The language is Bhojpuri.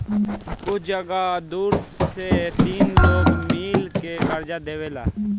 कुछ जगह दू से तीन लोग मिल के कर्जा देवेला